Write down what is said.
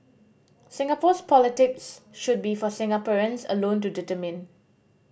Singapore's politics should be for Singaporeans alone to determine